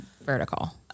vertical